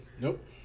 Nope